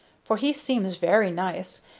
for he seems very nice,